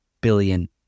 billion